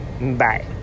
Bye